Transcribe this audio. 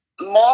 more